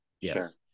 Yes